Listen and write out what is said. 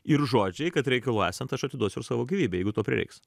ir žodžiai kad reikalui esant aš atiduosiu ir savo gyvybę jeigu to prireiks